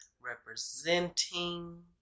representing